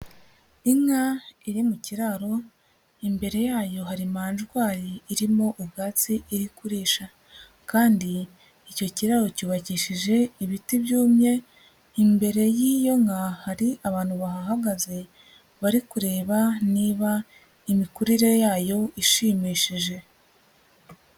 Inka iri mu kiraro, imbere yayo hari manjwari irimo ubwatsi iri kurisha kandi icyo kiraro cyubakishije ibiti byumye, imbere y'iyo nka hari abantu bahahagaze bari kureba niba imikurire yayo ishimishije.